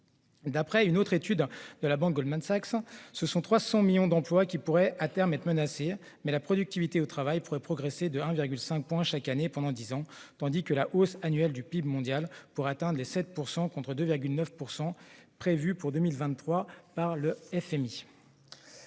D'après une autre étude de la banque Goldman Sachs, 300 millions d'emplois pourraient à terme être menacés, mais la productivité au travail pourrait progresser de 1,5 point chaque année pendant dix ans, tandis que la hausse annuelle du PIB mondial pourrait atteindre 7 %, contre 2,9 % prévus pour 2023 par le FMI.